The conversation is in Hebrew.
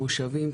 מושבים,